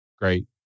great